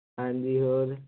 ਹਾਂਜੀ ਹੋਰ